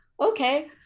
okay